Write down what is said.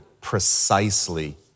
precisely